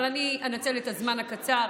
אבל אני אנצל את הזמן הקצר